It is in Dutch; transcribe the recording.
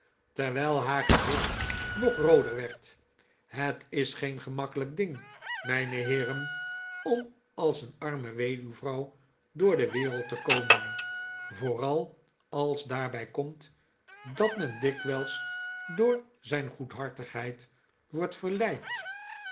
terwijl haar gezicht nog rooder werd het is geen gemakkelijk ding mijne heeren om als een arme weduwvrouw door de wereld te komen vooral als daarbij komt dat men dikwijls door zijn goedhartigheid wordt